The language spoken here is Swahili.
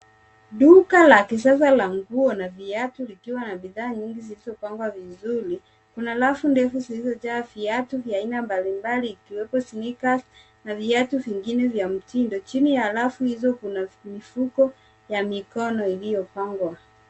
Duka la kisasa la nguo na viatu likiwa na bidhaa nyingi zilizopangwa vizuri. Kuna rafu ndefu zilizojaa viatu vya aina mbalimbali ikiwepo sneakers na viatu vingine vya mtindo. Chini ya rafu hizo kuna mifuko ya mikono iliyopangwa.